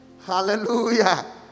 Hallelujah